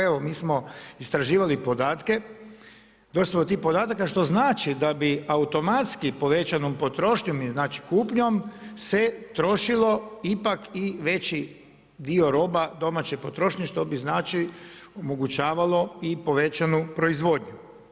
Evo mi smo istraživali podatke, došli smo do tih podataka što znači da bi automatski povećanom potrošnjom i znači kupnjom se trošilo ipak i veći dio roba domaće potrošnje što bi znači omogućavalo i povećanu proizvodnju.